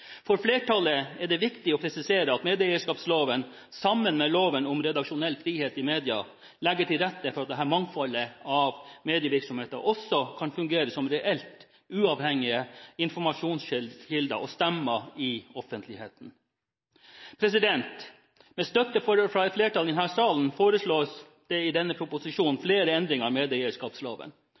For flertallet er det viktig å presisere at medieeierskapsloven, sammen med loven om redaksjonell frihet i media, legger til rette for at dette mangfoldet av medievirksomheter også kan fungere som reelt uavhengige informasjonskilder og stemmer i offentligheten. Med støtte fra et flertall i denne salen foreslås det i denne proposisjonen flere endringer i medieeierskapsloven.